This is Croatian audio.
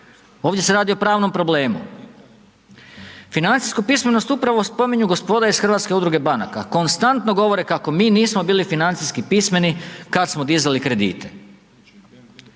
ovdje se radi o pravnom problemu. Financijsku pismenost upravo spominju gospoda iz Hrvatske udruge banaka, konstantno govore kako mi nismo bili financijski pismeni kad smo dizali kredite.